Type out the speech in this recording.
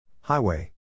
Highway